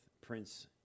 Prince